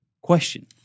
question